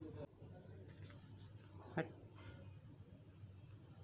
अजकालित हर एकखन देशेर वित्तीय बाजार मार्जिन वित्तक सराहा कर छेक